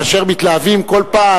כאשר מתלהבים כל פעם,